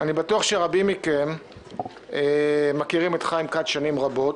אני בטוח שרבים מכם מכירים את חיים כץ שנים רבות,